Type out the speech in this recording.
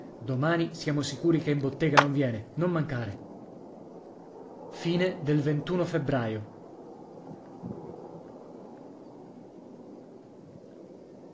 domani siamo sicuri che in bottega non viene non mancare febbraio